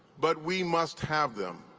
but we must have them.